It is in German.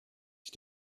die